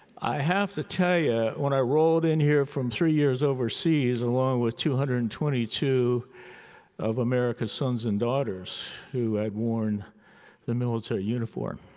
have to tell ya, when i rolled in here from three years overseas along with two hundred and twenty two of america's sons and daughters who had worn the military uniform.